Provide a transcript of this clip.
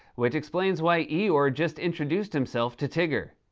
which explains why eeyore just introduced himself to tigger.